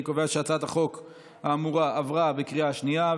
אני קובע שהצעת החוק האמורה עברה בקריאה שנייה.